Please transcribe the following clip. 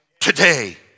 Today